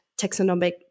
taxonomic